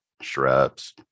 shrubs